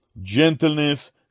gentleness